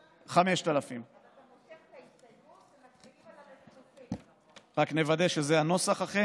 5,000. רק נוודא שזה אכן הנוסח.